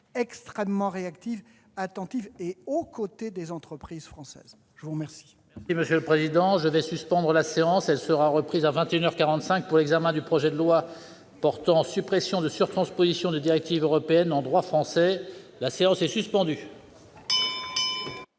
extrêmement réactifs, attentifs et aux côtés des entreprises françaises. Mes chers